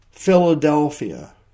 Philadelphia